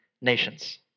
nations